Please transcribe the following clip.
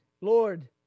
Lord